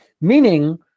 meaning